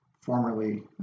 formerly